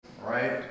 Right